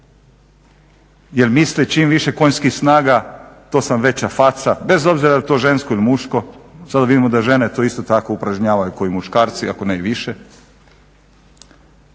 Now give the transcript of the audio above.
jer misle čim više konjskih snaga to sam veća faca, bez obzira jel' to žensko ili muško. Sada vidimo da žene to isto tako upražnjavaju kao i muškarci, ako ne i više.